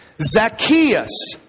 Zacchaeus